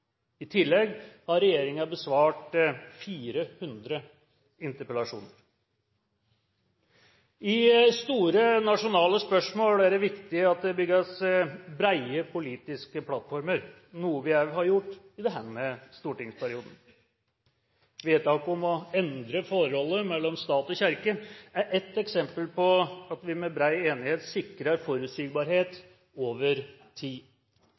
I tillegg har regjeringen besvart 400 interpellasjoner. I store nasjonale spørsmål er det viktig at det bygges brede politiske plattformer, noe vi også har gjort i denne stortingsperioden. Vedtaket om å endre forholdet mellom stat og kirke er ett eksempel på at vi med bred enighet sikrer forutsigbarhet over tid.